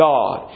God